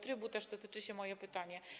Trybu też dotyczy moje pytanie.